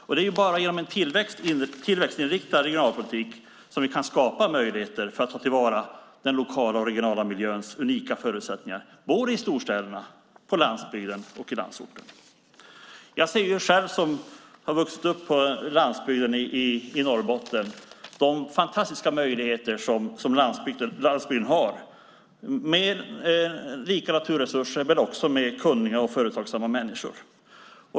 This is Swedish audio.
Och det är bara genom en tillväxtinriktad regionalpolitik som vi kan skapa möjligheter för att ta till vara den lokala och regionala miljöns unika förutsättningar i storstäderna, på landsbygden och i landsorten. Jag som har vuxit upp på landsbygden i Norrbotten ser själv de fantastiska möjligheter som landsbygden har med rika naturresurser och kunniga och företagsamma människor.